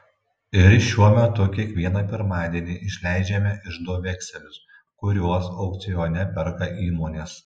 ir šiuo metu kiekvieną pirmadienį išleidžiame iždo vekselius kuriuos aukcione perka įmonės